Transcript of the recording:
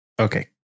okay